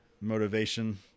motivation